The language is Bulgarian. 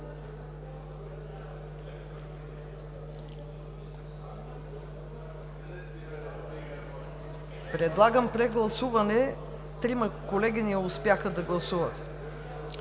Предлагам прегласуване. Трима колеги не успяха да го гласуват.